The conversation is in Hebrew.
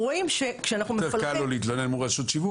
יותר קל לו להתלונן מול רשות שיווק,